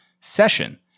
Session